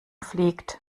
fliegt